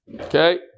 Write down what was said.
Okay